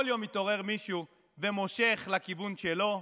כל יום מתעורר מישהו ומושך לכיוון שלו.